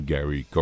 Gary